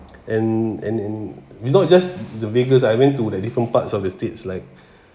and and and we not just the biggest I went to like different parts of states like